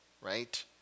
right